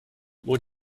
what